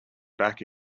back